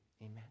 Amen